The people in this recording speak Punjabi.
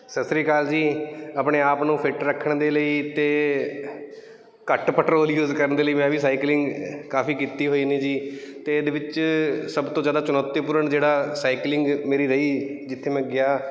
ਸਤਿ ਸ਼੍ਰੀ ਅਕਾਲ ਜੀ ਆਪਣੇ ਆਪ ਨੂੰ ਫਿੱਟ ਰੱਖਣ ਦੇ ਲਈ ਅਤੇ ਘੱਟ ਪੈਟਰੋਲ ਯੂਜ ਕਰਨ ਦੇ ਲਈ ਮੈਂ ਵੀ ਸਾਈਕਲਿੰਗ ਕਾਫੀ ਕੀਤੀ ਹੋਈ ਹੈ ਜੀ ਅਤੇ ਇਹਦੇ ਵਿੱਚ ਸਭ ਤੋਂ ਜ਼ਿਆਦਾ ਚੁਣੌਤੀਪੂਰਨ ਜਿਹੜਾ ਸਾਈਕਲਿੰਗ ਮੇਰੀ ਰਹੀ ਜਿੱਥੇ ਮੈਂ ਗਿਆ